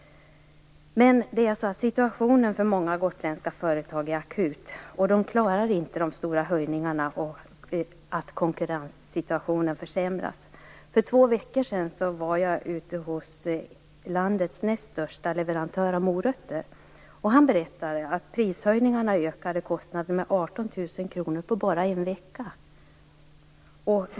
Men situationen för många gotländska företag är akut. De klarar inte av de stora höjningarna och att konkurrenssituationen försämras. För två veckor sedan var jag hos landets näst största leverantör av morötter. Han berättade att prishöjningarna ökade kostnaderna med 18 000 kr på bara en vecka.